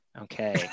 Okay